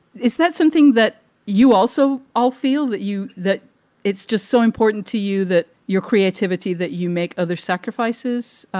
is that something that you also all feel that you that it's just so important to you that your creativity, that you make other sacrifices?